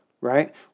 right